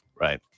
Right